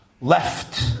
left